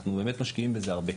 אנחנו באמת משקיעים בזה הרבה.